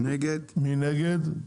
מי נגד?